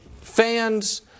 fans